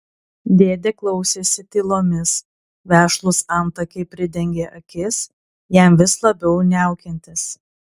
dėdė klausėsi tylomis vešlūs antakiai pridengė akis jam vis labiau niaukiantis